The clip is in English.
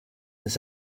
this